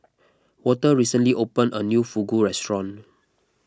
Walter recently opened a new Fugu restaurant